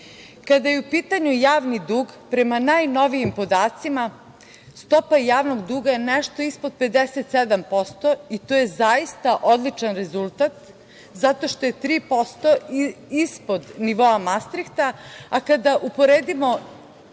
je u pitanju javni dug, prema najnovijim podacima, stopa javnog duga je nešto ispod 57% i to je zaista odličan rezultat zato što je 3% ispod nivoa Mastrihta1, a kada uporedimo